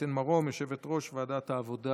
רייטן מרום, יושבת-ראש ועדת העבודה